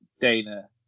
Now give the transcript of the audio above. Dana